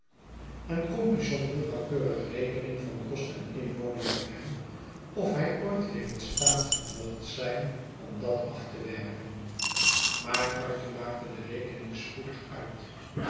en compeyson hield nauwkeurig rekening van kost en inwoning voor hem of hij ooit weer in staat mocht zijn om dat af te werken maar arthur maakte de rekening spoedig uit